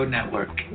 Network